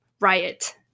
riot